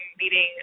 meeting